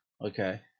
Okay